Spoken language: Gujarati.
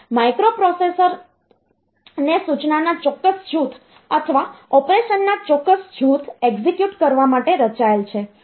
માઇક્રોપ્રોસેસરને સૂચનાના ચોક્કસ જૂથ અથવા ઑપરેશનના ચોક્કસ જૂથ એક્ઝિક્યુટ કરવા માટે રચાયેલ છે